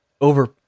over